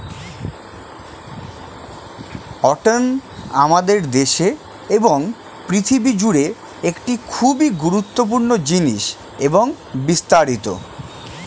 cotton আমাদের দেশে এবং পৃথিবী জুড়ে একটি খুবই গুরুত্বপূর্ণ জিনিস এবং বিস্তারিত